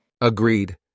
Agreed